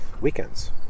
weekends